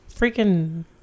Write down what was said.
freaking